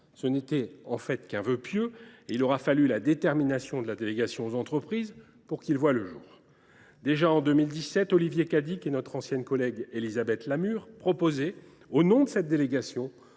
Ce n’était en fait qu’un vœu pieux et il aura fallu la détermination de la délégation aux entreprises pour que ce dernier voie le jour. Déjà en 2017, Olivier Cadic et notre ancienne collègue Élisabeth Lamure proposaient, au nom de cette délégation,